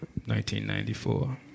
1994